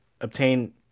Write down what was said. obtain